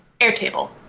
Airtable